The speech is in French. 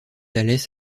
alès